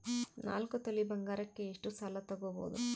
ನಾಲ್ಕು ತೊಲಿ ಬಂಗಾರಕ್ಕೆ ಎಷ್ಟು ಸಾಲ ತಗಬೋದು?